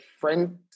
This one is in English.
friend